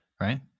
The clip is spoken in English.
right